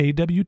AWT